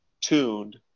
tuned